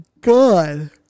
God